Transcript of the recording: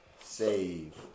Save